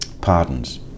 pardons